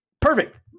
Perfect